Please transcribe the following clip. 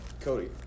Cody